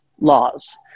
laws